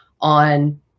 on